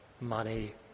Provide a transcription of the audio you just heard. money